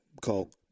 call